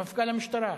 למפכ"ל המשטרה,